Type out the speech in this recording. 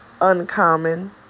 uncommon